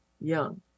young